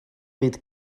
byd